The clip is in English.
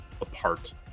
apart